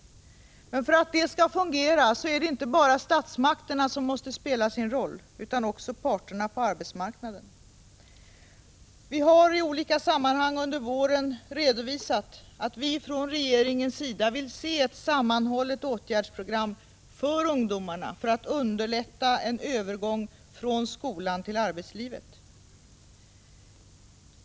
Men för att detta skall fungera måste inte bara statsmakterna spela sin roll utan också parterna på arbetsmarknaden. I olika sammanhang har vi under våren redovisat att vi från regeringens sida vill se ett sammanhållet åtgärdsprogram för ungdomarna för att underlätta en övergång från skolan till arbetslivet.